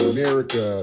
America